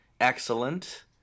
excellent